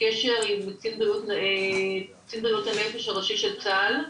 קשר עם קצין בריאות הנפש הראשי של צה"ל.